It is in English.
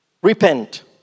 Repent